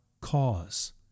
cause